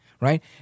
right